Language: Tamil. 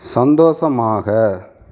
சந்தோஷமாக